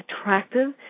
attractive